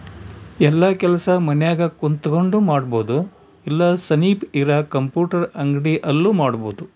ಯೆಲ್ಲ ಕೆಲಸ ಮನ್ಯಾಗ ಕುಂತಕೊಂಡ್ ಮಾಡಬೊದು ಇಲ್ಲ ಸನಿಪ್ ಇರ ಕಂಪ್ಯೂಟರ್ ಅಂಗಡಿ ಅಲ್ಲು ಮಾಡ್ಬೋದು